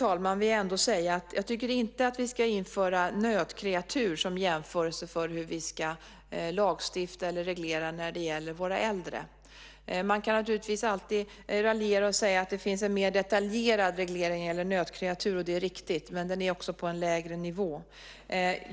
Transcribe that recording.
Till sist vill jag säga att jag inte tycker att vi ska införa nötkreatur som jämförelse för hur vi ska lagstifta eller reglera när det gäller de äldre. Man kan naturligtvis alltid raljera och säga att det finns en mer detaljerad reglering när det gäller nötkreatur, och det är riktigt. Men den är också på en lägre nivå.